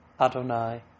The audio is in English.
Adonai